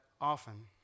often